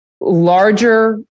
larger